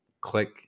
click